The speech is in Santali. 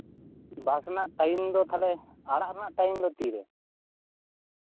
ᱵᱟᱥ ᱨᱮᱱᱟᱜ ᱴᱟᱭᱤᱢ ᱫᱚ ᱛᱟᱦᱚᱞᱮ ᱵᱟᱥ ᱨᱮᱱᱟᱜ ᱴᱟᱭᱤᱢ ᱫᱚ ᱛᱤᱱᱨᱮ